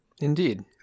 Indeed